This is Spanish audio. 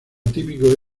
típico